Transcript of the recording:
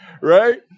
right